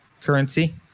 currency